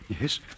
Yes